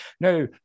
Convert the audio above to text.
no